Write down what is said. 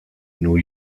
new